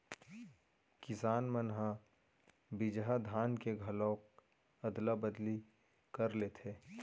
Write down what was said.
किसान मन ह बिजहा धान के घलोक अदला बदली कर लेथे